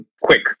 quick